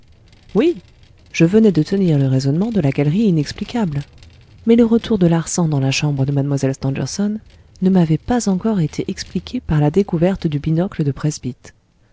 oui je venais de tenir le raisonnement de la galerie inexplicable mais le retour de larsan dans la chambre de mlle stangerson ne m'avait pas encore été expliqué par la découverte du binocle de presbyte